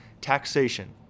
taxation